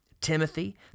Timothy